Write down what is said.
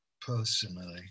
personally